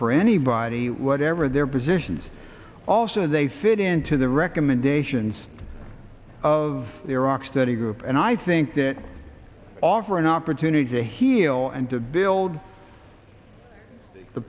for anybody whatever their positions also they fit into the recommendations of the iraq study group and i think that offer an opportunity to heal and to build the